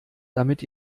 damit